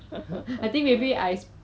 smells a bit like cockroach eh